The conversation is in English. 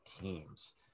teams